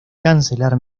cancelar